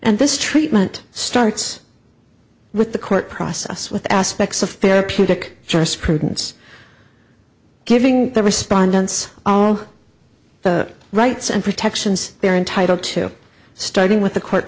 and this treatment starts with the court process with aspects of their pubic jurisprudence giving the respondents all the rights and protections they are entitled to starting with the court